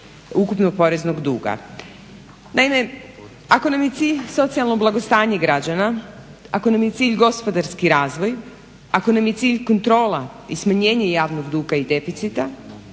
ukupnog poreznog duga. Naime, ako nam je cilj socijalno blagostanje građana, ako nam je cilj gospodarski razvoj, ako nam je cilj kontrola i smanjenje javnog duga i deficita,